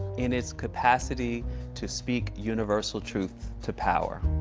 in its capacity to speak universal truth to power.